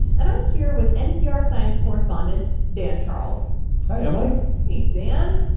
and i'm here with npr science correspondent dan charles hi, emily hey, dan.